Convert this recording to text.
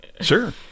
Sure